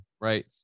Right